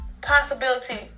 possibility